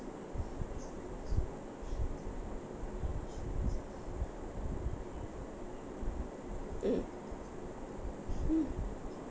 mm mm